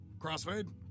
Crossfade